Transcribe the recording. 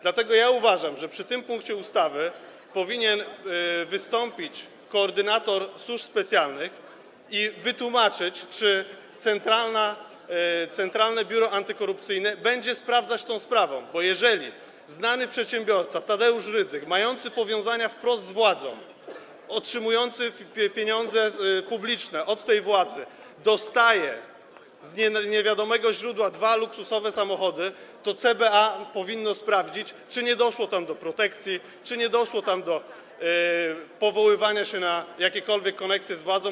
Dlatego uważam, że w tym punkcie powinien wystąpić koordynator służb specjalnych i wytłumaczyć, czy Centralne Biuro Antykorupcyjne będzie sprawdzać tę sprawę, bo jeżeli znany przedsiębiorca Tadeusz Rydzyk, mający powiązania wprost z władzą, otrzymujący pieniądze publiczne od tej władzy, dostaje z niewiadomego źródła dwa luksusowe samochody, to CBA powinno sprawdzić, czy nie doszło tam do protekcji, czy nie doszło tam do powoływania się na jakiekolwiek koneksje z władzą.